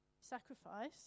sacrifice